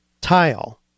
tile